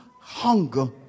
hunger